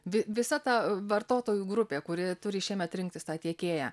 vi visa ta vartotojų grupė kuri turi šiemet rinktis tą tiekėją